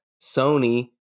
Sony